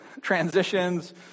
transitions